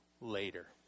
later